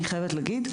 אני חייבת להגיד.